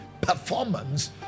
performance